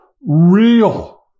real